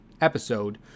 episode